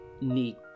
need